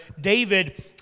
David